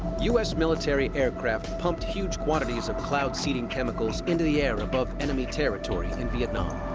u s. military aircraft pumped huge quantities of cloud-seeding chemicals into the air above enemy territory in vietnam.